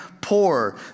poor